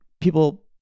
People